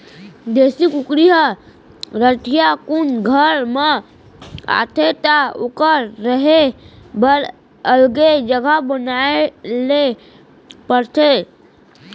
देसी कुकरी ह रतिहा कुन घर म आथे त ओकर रहें बर अलगे जघा बनाए ल परथे